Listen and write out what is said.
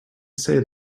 say